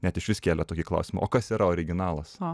net išvis kėlė tokį klausimą o kas yra originalas